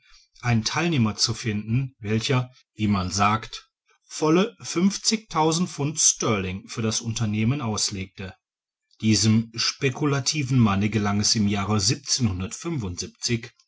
einen theilnehmer zu finden welcher wie man sagt volle pfund sterling für das unternehmen auslegte diesem speculativen manne gelang es im jahre